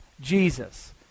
jesus